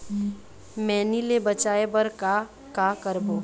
मैनी ले बचाए बर का का करबो?